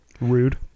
Rude